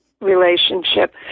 relationship